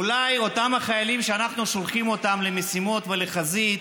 אולי אותם החיילים שאנחנו שולחים למשימות ולחזית,